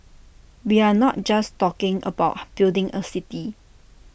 we are not just talking about building A city